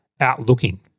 outlooking